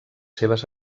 seves